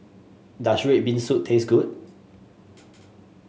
does red bean soup taste good